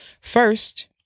First